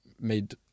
made